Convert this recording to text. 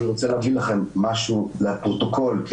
אני רוצה להגיד לכם משהו לפרוטוקול כי